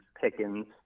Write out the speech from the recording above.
Pickens